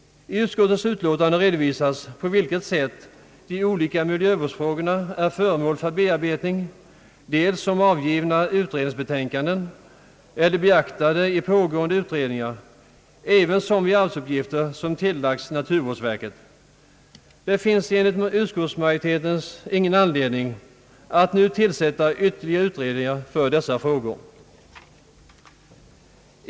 I utskottets utlåtande redovisas på vilket sätt de olika miljövårdsfrågorna är föremål för bearbetning, dels i framlagda eller pågående utredningar och dels i arbetsuppgifter som tillagts naturvårdsverket. Det finns enligt utskottsmajoritetens mening ingen anledning att nu tillsätta ytterligare utredningar för dessa frågor.